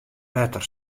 wetter